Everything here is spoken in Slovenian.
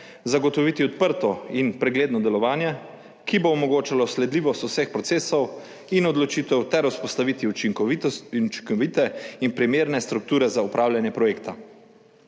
zagotoviti odprto in pregledno delovanje, ki bo omogočalo sledljivost vseh procesov in odločitev ter vzpostaviti učinkovite in primerne strukture za upravljanje projekta.